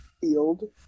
field